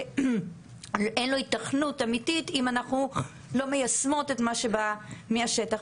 אין לו היתכנות אמיתית אם אנחנו לא מיישמות את מה שבא מהשטח.